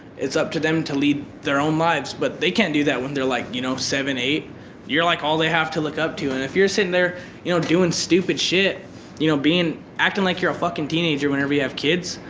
it's up to them to lead their own lives, but they can't do that when they're like you know seven, eight. you're like all they have to look up to. and if you're sitting there you know, doing stupid shit you know, being acting like you're a fucking teenager whenever you kids.